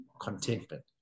contentment